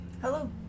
Hello